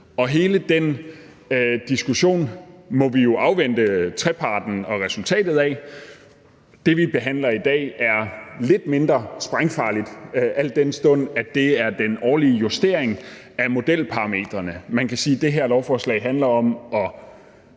Hele den diskussion må vi jo afvente trepartsresultatet af. Det, vi behandler i dag, er lidt mindre sprængfarligt, al den stund at det er den årlige justering af modelparametrene. Man kan sige, at det her lovforslag handler om –